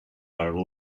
are